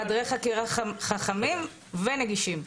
חדרי חקירות חכמים ונגישים.